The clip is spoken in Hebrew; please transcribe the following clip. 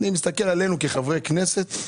אני מסתכל עלינו כחברי כנסת,